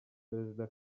perezida